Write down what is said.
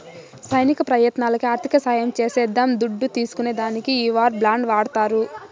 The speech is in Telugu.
సైనిక ప్రయత్నాలకి ఆర్థిక సహాయం చేసేద్దాం దుడ్డు తీస్కునే దానికి ఈ వార్ బాండ్లు వాడతారు